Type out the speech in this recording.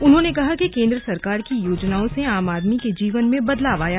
उन्होंने कहा कि केंद्र सरकार की योजनाओं से आम आदमी के जीवन में बदलाव आया